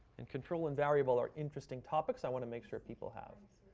and control and variable are interesting topics i want to make sure people have.